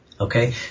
Okay